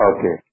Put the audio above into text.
Okay